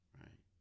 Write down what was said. right